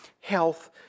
health